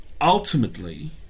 ultimately